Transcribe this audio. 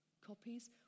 copies